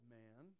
man